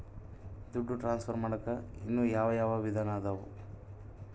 ದುಡ್ಡು ಟ್ರಾನ್ಸ್ಫರ್ ಮಾಡಾಕ ಇನ್ನೂ ಯಾವ ಯಾವ ವಿಧಾನ ಅದವು?